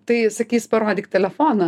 tai sakys parodyk telefoną